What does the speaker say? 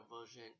version